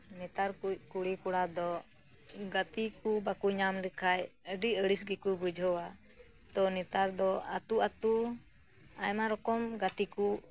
ᱱᱮᱛᱟᱨ ᱠᱚᱭᱤᱡ ᱠᱩᱲᱤ ᱠᱚᱲᱟ ᱫᱚ ᱜᱟᱛᱤᱜ ᱠᱚ ᱵᱟᱠᱚ ᱧᱟᱢ ᱞᱮᱠᱷᱟᱡ ᱟᱰᱤ ᱟᱲᱤᱥ ᱜᱮᱠᱚ ᱵᱩᱡᱷᱟᱹᱣᱟ ᱛᱚ ᱱᱮᱛᱟᱨ ᱫᱚ ᱟᱛᱩ ᱟᱛᱩ ᱟᱭᱢᱟ ᱨᱚᱠᱚᱢ ᱜᱟᱛᱮ ᱠᱚ